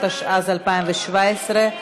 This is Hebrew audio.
התשע"ז 2017,